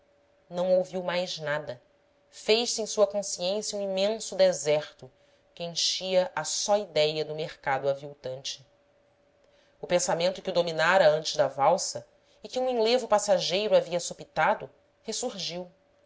não ouviu mais nada fez-se em sua consciência um imenso deserto que enchia a só idéia do mercado aviltante o pensamento que o dominara antes da valsa e que um enlevo passageiro havia sopitado ressurgiu